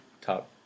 top